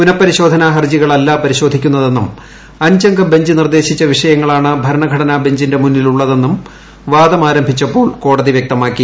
പുനപരിശോധന ഹർജികളല്ല പരിശോധിക്കുന്നതെന്നും അഞ്ചംഗ ബഞ്ച് നിർദ്ദേശിച്ച വിഷയങ്ങളാണ് ഭരണഘടനാബഞ്ചിന്റെ മുന്നിലുളളതെന്നും വാദം ആരംഭിച്ചപ്പോൾ കോടതി വ്യക്തമാക്കി